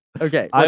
Okay